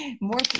more